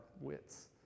wits